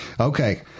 Okay